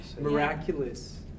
miraculous